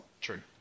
True